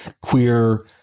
queer